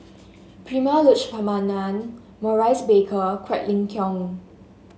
Prema Letchumanan Maurice Baker Quek Ling Kiong